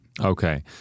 Okay